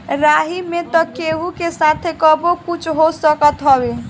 राही में तअ केहू के साथे कबो कुछु हो सकत हवे